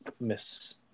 Miss